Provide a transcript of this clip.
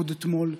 עוד אתמול,